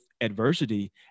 adversity